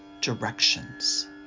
directions